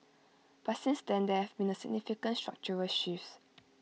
but since then there have been significant structural shifts